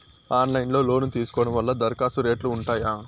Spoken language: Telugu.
ఆన్లైన్ లో లోను తీసుకోవడం వల్ల దరఖాస్తు రేట్లు ఉంటాయా?